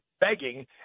begging